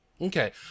Okay